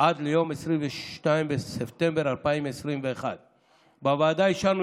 עד ליום 22 בספטמבר 2021. בוועדה אישרנו